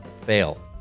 fail